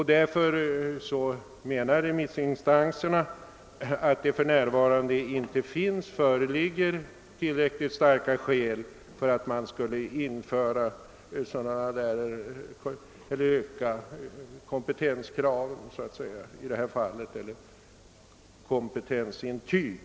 Därför anser remissinstanserna att det för närvarande inte föreligger tillräckliga skäl att skärpa kraven och införa kompetensintyg.